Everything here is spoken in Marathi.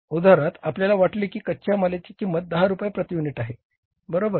उदाहरणार्थ आपल्याला वाटलं की कच्च्या मालाची किंमत 10 रुपये प्रति युनिट आहे बरोबर